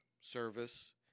service